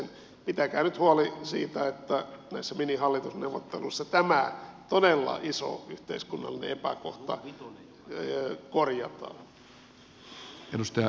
pitäkää nyt huoli siitä että näissä minihallitusneuvotteluissa tämä todella iso yhteiskunnallinen epäkohta korjataan